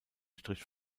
strich